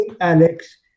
Alex